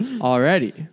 already